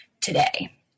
today